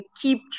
keep